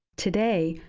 today,